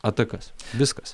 atakas viskas